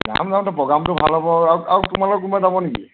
যাম যাম প্ৰ'গ্ৰেমটো ভাল হ'ব আৰু তোমাৰ লগত কোনোবা যাব নেকি